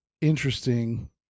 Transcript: interesting